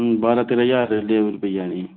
बारां तेरां ज्हार दी लेबर पेई जानी